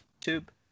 tube